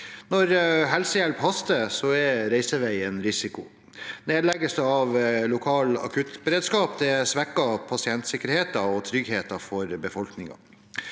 Når helsehjelp haster, er reisevei en risiko. Nedleggelser av lokal akuttberedskap svekker pasientsikkerheten og tryggheten for befolkningen.